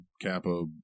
Kappa